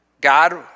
God